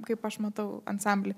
kaip aš matau ansamblį